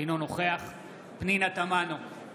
אינו נוכח פנינה תמנו,